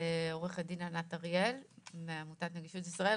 עורכת דין ענת אריאל מעמותת נגישות ישראל.